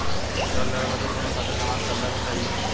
ऋण लेवे बदे कउनो साथे जमानत करता भी चहिए?